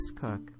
Cook